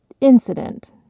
incident